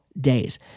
days